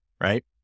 right